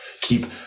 Keep